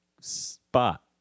Spot